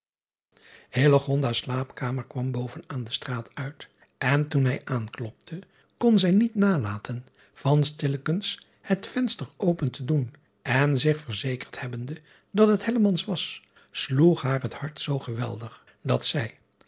s flaapkamer kwam boven aan de straat uit en toen hij aanklopte kon zij niet nalaten van stillekens het venster open te doen en zich verzekerd hebbende dat het was sloeg haar het hart zoo geweldig dat zij